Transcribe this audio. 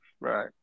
Right